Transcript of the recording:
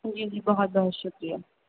جی جی بہت بہت شُکریہ